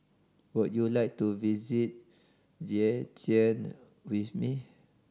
would you like to visit Vientiane with me